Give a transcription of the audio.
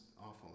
awful